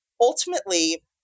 Ultimately